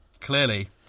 Clearly